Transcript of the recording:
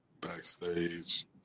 backstage